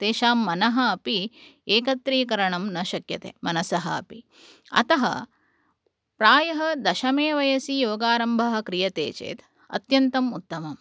तेषां मनः अपि एकत्रीकरणं न शक्यते मनसः अपि अतः प्रायः दशमे वयसि योगारम्भः क्रियते चेत् अत्यन्तम् उत्तमं